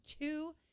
two